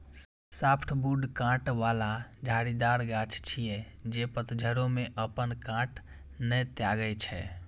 softwood कांट बला झाड़ीदार गाछ छियै, जे पतझड़ो मे अपन कांट नै त्यागै छै